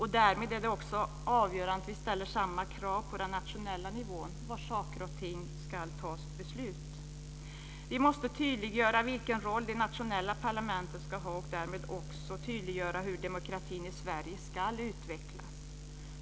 Därmed är det också avgörande att vi ställer samma krav på den nationella nivån när det gäller var det ska fattas beslut om saker och ting. Vi måste tydliggöra vilken roll de nationella parlamenten ska ha, och därmed också tydliggöra hur demokratin i Sverige ska utvecklas.